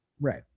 Right